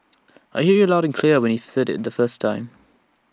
I hear you loud and clear when you've said IT the first time